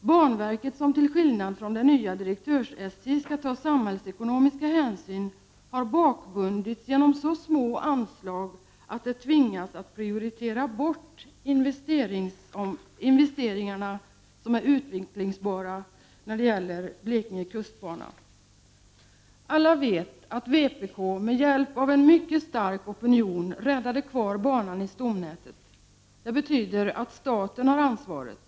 Banverket, som till skillnad från det nya direktörs-SJ skall ta samhällsekonomiska hänsyn, har bakbundits genom så små anslag att det tvingas att prioritera bort investeringar i den utvecklingsbara Blekinge kustbana. Alla vet att vpk med hjälp av en mycket stark opinion räddade kvar banan i stomnätet. Det betyder att staten har ansvaret.